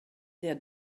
their